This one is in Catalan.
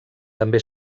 també